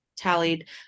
tallied